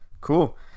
cool